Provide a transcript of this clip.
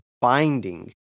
binding